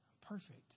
perfect